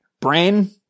Brain